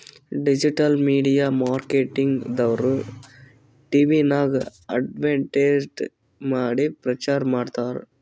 digital media marketing ದವ್ರು ಟಿವಿನಾಗ್ advertisement ಮಾಡಿ ಪ್ರಚಾರ್ ಮಾಡ್ತಾರ್